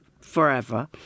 forever